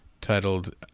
titled